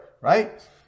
right